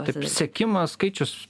taip sekimas skaičius